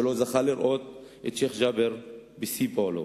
שלא זכה לראות את שיח' ג'בר בשיא פועלו.